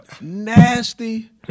nasty